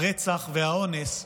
הרצח והאונס,